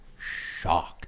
shocked